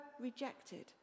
rejected